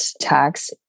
tax